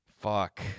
Fuck